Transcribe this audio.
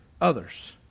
others